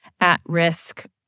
at-risk